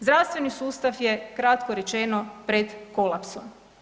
Zdravstveni sustav je kratko rečeno, pred kolapsom.